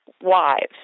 wives